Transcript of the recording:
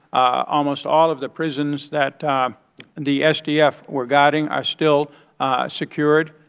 ah almost all of the prisons that um and the sdf were guarding are still secured.